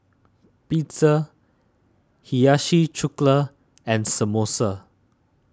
Pizza Hiyashi Chuka and Samosa